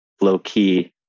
low-key